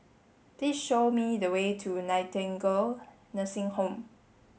please show me the way to Nightingale Nursing Home